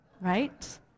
right